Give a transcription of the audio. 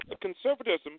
Conservatism